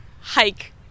hike